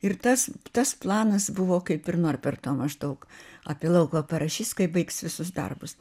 ir tas tas planas buvo kaip ir norberto maždaug apie laukuvą parašys kai baigs visus darbus